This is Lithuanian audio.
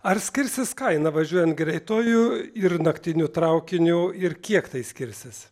ar skirsis kaina važiuojant greituoju ir naktiniu traukiniu ir kiek tai skirsis